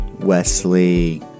Wesley